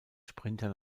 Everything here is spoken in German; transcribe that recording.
sprinter